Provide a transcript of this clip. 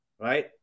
Right